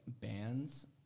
bands